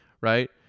Right